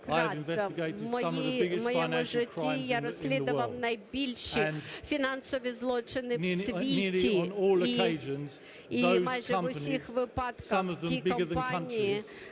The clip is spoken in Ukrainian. моєму житті я розслідував найбільші фінансові злочини в світі і майже в усіх випадках ті компанії,